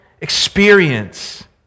experience